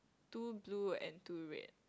two blue and two red